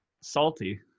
salty